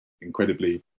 incredibly